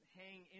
hang